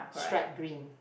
stripe green